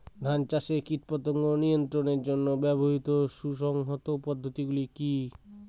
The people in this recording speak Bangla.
ধান চাষে কীটপতঙ্গ নিয়ন্ত্রণের জন্য ব্যবহৃত সুসংহত পদ্ধতিগুলি কি কি?